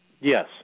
Yes